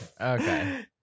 okay